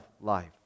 life